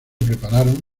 prepararon